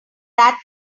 that